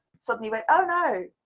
suddenly went oh no.